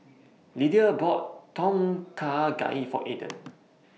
Lydia bought Tom Kha Gai For Aiden